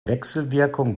wechselwirkung